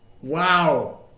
Wow